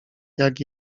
jak